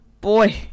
boy